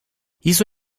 hizo